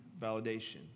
validation